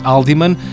Aldiman